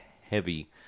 heavy